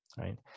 Right